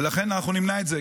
ולכן אנחנו נמנע את זה.